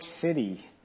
City